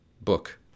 book